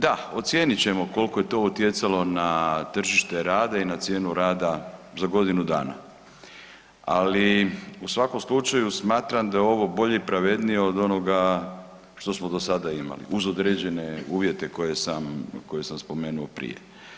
Da, ocijenit ćemo koliko je to utjecalo na tržište rada i na cijenu rada za godinu dana, ali u svakom slučaju smatram da je ovo bolje i pravednije od onoga što smo do sada imali uz određene uvjete koje sam spomenuo prije.